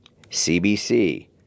CBC